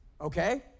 okay